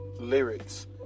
lyrics